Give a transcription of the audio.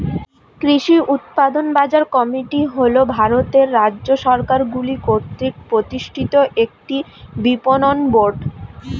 কৃষি উৎপাদন বাজার কমিটি হল ভারতের রাজ্য সরকারগুলি কর্তৃক প্রতিষ্ঠিত একটি বিপণন বোর্ড